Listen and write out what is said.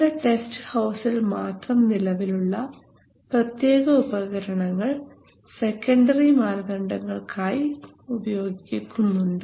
ചില ടെസ്റ്റ് ഹൌസിൽ മാത്രം നിലവിലുള്ള പ്രത്യേക ഉപകരണങ്ങൾ സെക്കൻഡറി മാനദണ്ഡങ്ങൾക്കായി ഉപയോഗിക്കുന്നുണ്ട്